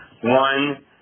one